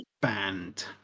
band